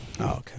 okay